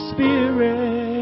Spirit